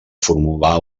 formular